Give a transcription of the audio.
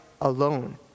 alone